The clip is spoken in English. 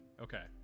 okay